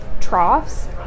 troughs